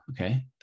okay